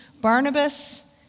Barnabas